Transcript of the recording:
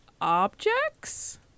objects